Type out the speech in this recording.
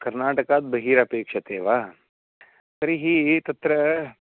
कर्नाटकात् बहिः अपेक्षते वा तर्हि तत्र